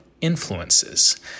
influences